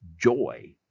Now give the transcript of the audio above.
joy